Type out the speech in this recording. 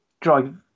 drive